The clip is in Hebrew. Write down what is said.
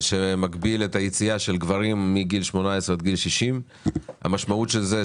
שמגביל את היציאה של גברים מגיל 18 עד גיל 60. המשמעות של זה,